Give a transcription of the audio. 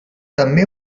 també